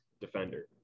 defender